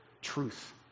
truth